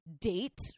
date